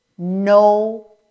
no